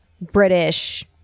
British